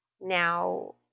now